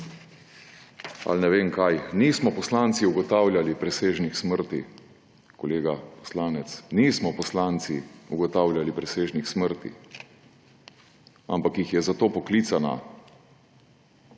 ali ne vem kaj. Nismo poslanci ugotavljali presežnih smrti, kolega poslanec. Nismo poslanci ugotavljali presežnih smrti, ampak jih je za to poklicana